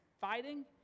fighting